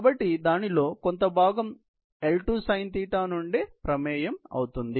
కాబట్టి దానిలో కొంత భాగం L2 sin θ నుండి ప్రమేయం అవుతుంది